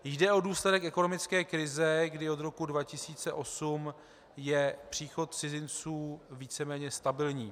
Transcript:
Jde o důsledek ekonomické krize, kdy od roku 2008 je příchod cizinců víceméně stabilní.